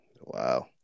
Wow